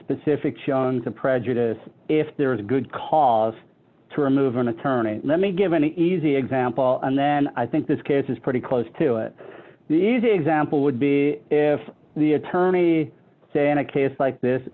specific chunks of prejudice if there is good cause to remove an attorney let me give an easy example and then i think this case is pretty close to it the easy example would be if the attorney say in a case like this